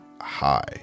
high